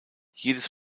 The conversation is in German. jedes